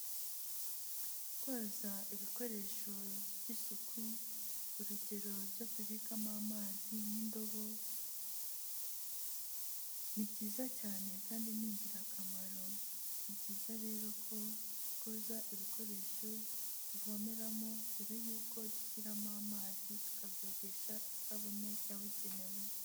Koza ibikoresho by'isuku urugero ibyo tubikamo amazi nk'indobo ni byiza cyane kandi ni ingirakamaro, ni byiza rero ko twoza ibikoresho tuvomeramo mbere yuko dushyiramo amazi tukabyogesha isabune yabugenewe.